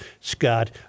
Scott